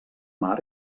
mar